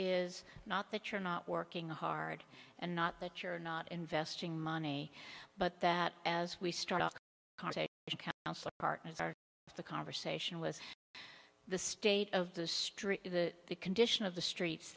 is not that you're not working hard and not that you're not investing money but that as we start off partners are the conversation with the state of the street the condition of the streets